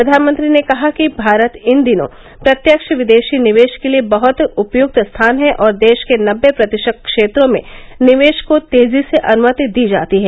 प्रधानमंत्री ने कहा कि भारत इन दिनों प्रत्यक्ष विदेशी निवेश के लिए बहुत उपयुक्त स्थान है और देश के नब्बे प्रतिशत क्षेत्रों में निवेश को तेजी से अनुमति दी जाती है